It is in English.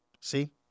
See